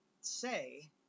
say